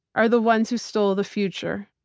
are the ones who stole the future.